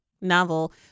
novel